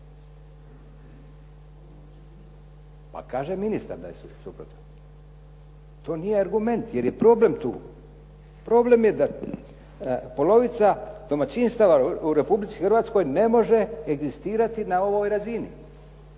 Pa kaže ministar da je suprotan. To nije argument, jer je problem tu. Problem je da polovica domaćinstava u Republici Hrvatskoj ne može egzistirati na ovoj razini,